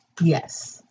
Yes